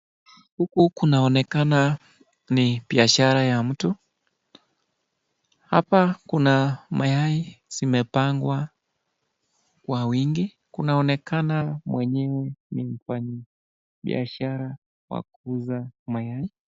Huku kunaonekana ni biashara ya mtu. Hapa kuna mayai zimepangwa kwa wingi. Kunaonekana mwenyewe ni mfanyibiashara wa kuuza mayai.